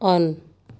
on